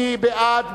מי בעד?